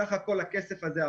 בסך הכול הכסף הזה,